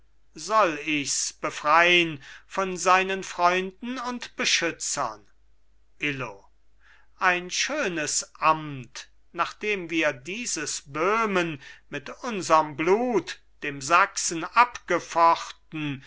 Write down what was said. soll ichs befrein von seinen freunden und beschützern illo ein schönes amt nachdem wir dieses böhmen mit unserm blut dem sachsen abgefochten